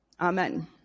Amen